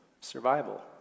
survival